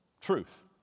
truth